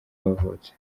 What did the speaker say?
bavutse